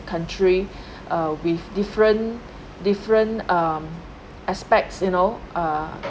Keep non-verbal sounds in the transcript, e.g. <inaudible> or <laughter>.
country <breath> uh with different different um aspects you know err